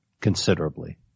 considerably